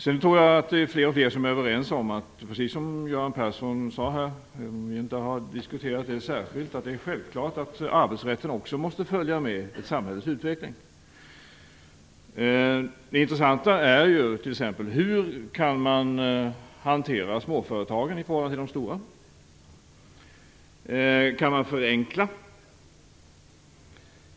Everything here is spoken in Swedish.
Jag tror också att fler och fler är överens om att, precis som Göran Persson sade här - även om vi inte har diskuterat det särskilt - det är självklart att också arbetsrätten måste följa med i samhällets utveckling. Det intressanta är ju t.ex. hur man kan hantera småföretagen i förhållande till de stora företagen. Kan man förenkla?